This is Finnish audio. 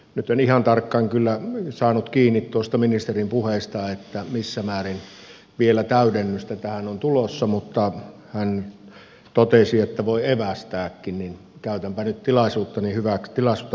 nyt en ihan tarkkaan kyllä saanut kiinni tuosta ministerin puheesta että missä määrin vielä täydennystä tähän on tulossa mutta kun hän totesi että voi evästääkin niin käytänpä nyt tilaisuutta hyväkseni